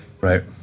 Right